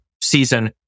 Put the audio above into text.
season